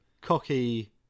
cocky